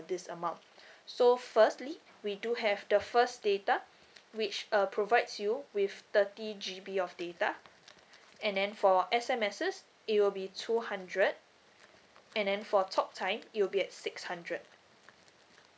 this amount so firstly we do have the first data which uh provides you with thirty G_B of data and then for S_M_Ses it will be two hundred and then for talk time it will be at six hundred